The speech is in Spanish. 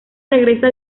regresa